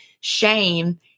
shame